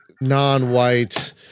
non-white